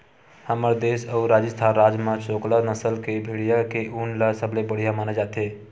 हमर देस अउ राजिस्थान राज म चोकला नसल के भेड़िया के ऊन ल सबले बड़िया माने जाथे